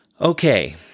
Okay